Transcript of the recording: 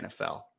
NFL